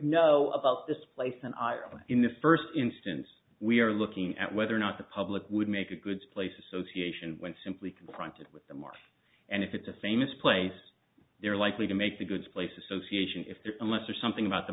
know about this place in iowa in the first instance we are looking at whether or not the public would make a good place association when simply confronted with the mark and if it's a famous place they're likely to make the goods place association if there's some less or something about the